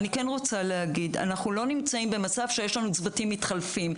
אני כן רוצה להגיד שאנחנו לא נמצאים במצב שיש לנו צוותים מתחלפים.